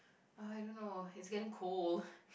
I don't know it's getting cold